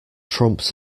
trumps